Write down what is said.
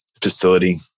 facility